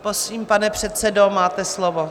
Prosím, pane předsedo, máte slovo.